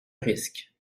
risque